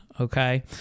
okay